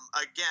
Again